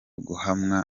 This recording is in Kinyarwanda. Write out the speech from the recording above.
guhamwa